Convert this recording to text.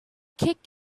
kick